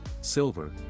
silver